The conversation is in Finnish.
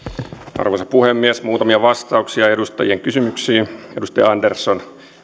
arvoisa puhemies muutamia vastauksia edustajien kysymyksiin edustaja andersson